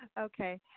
Okay